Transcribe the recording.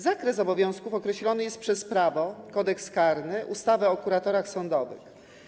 Zakres obowiązków określony jest przez prawo, Kodeks karny, ustawę o kuratorach sądowych.